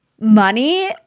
money